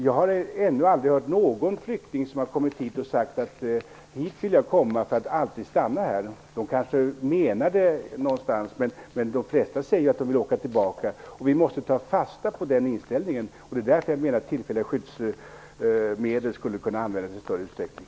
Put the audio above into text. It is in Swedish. Jag har ännu aldrig hört någon flykting som kommit hit säga att han velat komma hit för att alltid stanna här. De flesta säger att de vill åka tillbaka. Vi måste ta fasta på den inställningen. Därför tycker jag att ett tillfälligt uppehållstillstånd skulle kunna användas i större utsträckning.